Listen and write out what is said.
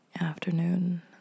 afternoon